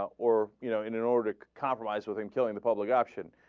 ah or you know in a nordic compromise within killing the public option